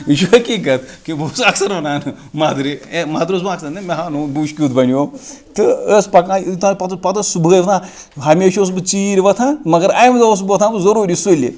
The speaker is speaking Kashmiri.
یہِ چھِ حٔقیٖقَت کہِ بہٕ اوسُس اَکثَر وَنان مَدرِ مَدرِ اوسُس وَنان ہے نہ مےٚ ہاو نوٗن بہٕ وٕچھ کِیُتھ بَنیوو تہٕ ٲسۍ پَکان پتہٕ ٲسۍ صُبحٲے ٲسۍ وَتھان ہَمیشہِ اوسُس بہٕ ژیٖرۍ وَتھان مگر امہِ دۄہ اوسُس بہٕ وتھان ضروٗری سُلہِ